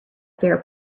fair